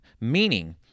Meaning